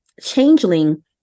Changeling